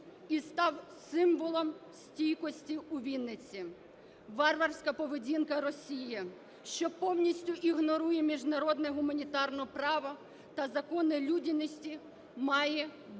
і став символом стійкості у Вінниці. Варварська поведінка Росії, що повністю ігнорує міжнародне гуманітарне право та закони людяності, має бути